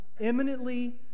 eminently